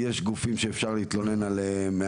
יש גופים שאפשר להתלונן עליהם,